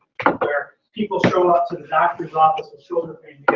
kind of where people show up to the doctor's office with shoulder pain,